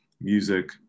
music